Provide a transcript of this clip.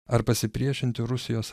ar pasipriešinti rusijos